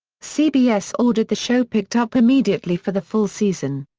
cbs ordered the show picked up immediately for the full season.